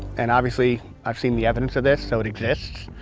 and obviously i've seen the evidence of this so it exists.